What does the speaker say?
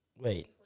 wait